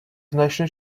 значно